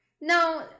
No